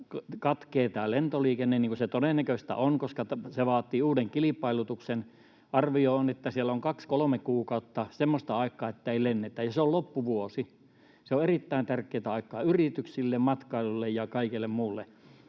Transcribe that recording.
tämä lentoliikenne, niin kuin se todennäköistä on, koska se vaatii uuden kilpailutuksen, niin arvio on, että siellä on kaksi kolme kuukautta semmoista aikaa, että ei lennetä. Ja se on loppuvuosi, se on erittäin tärkeätä aikaa yrityksille, matkailulle ja kaikelle muulle.